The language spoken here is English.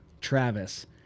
Travis